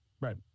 Right